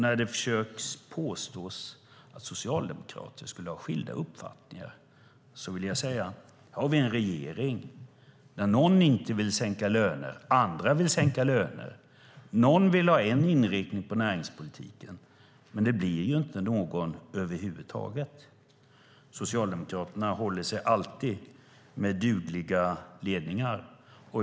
När man försöker påstå att socialdemokrater har skilda uppfattningar vill jag säga: Vi har en regering där någon inte vill sänka löner och andra vill sänka löner, där någon vill ha en inriktning på näringspolitiken, men det blir inte någon över huvud taget. Socialdemokraterna håller sig alltid med dugliga ledningar.